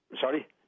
Sorry